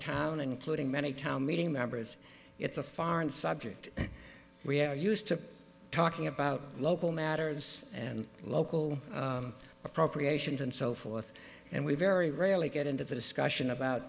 town including many town meeting members it's a foreign subject we are used to talking about local matters and local appropriations and so forth and we very rarely get into the discussion about